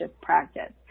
practice